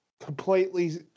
completely